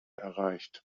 erreicht